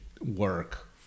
work